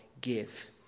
give